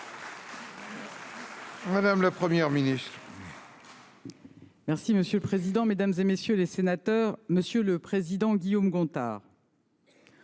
Madame la Première ministre,